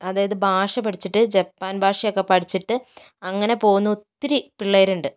അതായത് ഭാഷ പഠിച്ചിട്ട് ജപ്പാൻ ഭാഷയൊക്കെ പഠിച്ചിട്ട് അങ്ങനെ പോവുന്ന ഒത്തിരി പിള്ളേരുണ്ട്